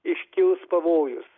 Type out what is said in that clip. iškils pavojus